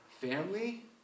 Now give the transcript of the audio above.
family